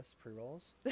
pre-rolls